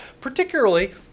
Particularly